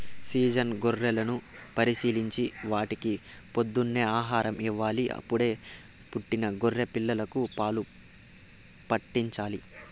season గొర్రెలను పరిశీలించి వాటికి పొద్దున్నే ఆహారం ఇవ్వాలి, అప్పుడే పుట్టిన గొర్రె పిల్లలకు పాలు పాట్టించాలి